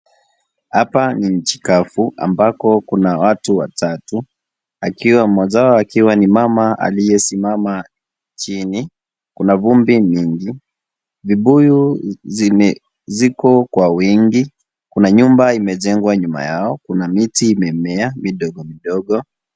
Hapa ni nchi kavu ambako kuna watu watatu mmoja wao akiwa ni mama aliyesimama chini kuna vumbi nyingi. Vibuyu ziko kwa wingi . Kuna nyumba imejengwa nyuma yao. Kuna miti imemea midogo midogo.